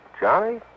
Johnny